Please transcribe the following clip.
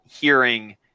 hearing